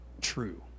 true